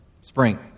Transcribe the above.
spring